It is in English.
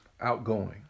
outgoing